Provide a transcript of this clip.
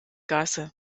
gasse